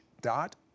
dot